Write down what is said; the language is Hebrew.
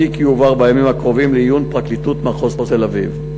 התיק יועבר בימים הקרובים לעיון פרקליטות מחוז תל-אביב.